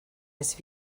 nice